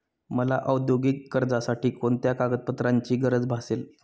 मला औद्योगिक कर्जासाठी कोणत्या कागदपत्रांची गरज भासेल?